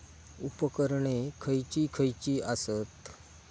उपकरणे खैयची खैयची आसत?